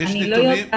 לא יודעת